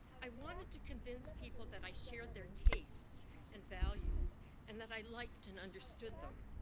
i wanted to convince people that i shared their tastes and values and that i liked and understood them.